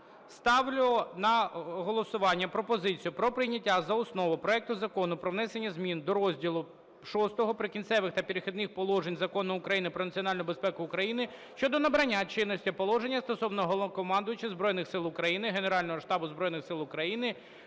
Ставлю на голосування пропозицію про прийняття за основу проекту Закону про внесення змін до розділу VI "Прикінцевих та перехідних положень" Закону України "Про національну безпеку України" щодо набрання чинності положеннями стосовно Головнокомандувача Збройних Сил України,